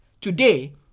Today